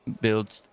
build